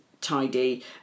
tidy